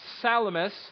Salamis